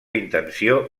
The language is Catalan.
intenció